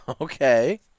Okay